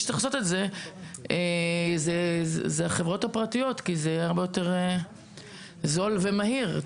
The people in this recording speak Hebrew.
שצריך לעשות את זה אלה החברות הפרטיות כי זה הרבה יותר זול ומהיר.